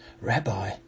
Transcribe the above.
Rabbi